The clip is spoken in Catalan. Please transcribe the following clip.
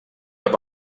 cap